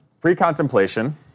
pre-contemplation